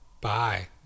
Bye